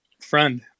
Friend